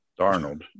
Darnold